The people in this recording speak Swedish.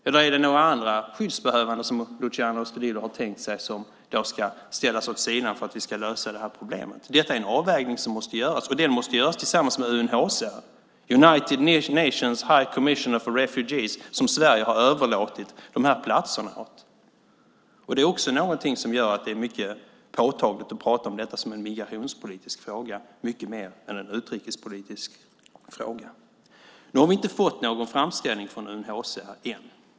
Eller är det några andra skyddsbehövande som Luciano Astudillo har tänkt sig ska ställas åt sidan för att vi ska lösa det här problemet? Detta är en avvägning som måste göras, och den måste göras tillsammans med UNHCR, United Nations High Commissioner for Refugees, som Sverige har överlåtit de här platserna åt. Det är också något som gör att det är mycket påtagligt att prata om detta som en migrationspolitisk fråga, mycket mer än en utrikespolitisk fråga. Vi har inte fått någon framställning från UNHCR än.